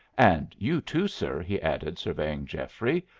and you too, sir, he added, surveying geoffrey,